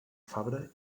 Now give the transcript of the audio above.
fabra